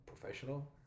professional